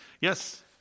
Yes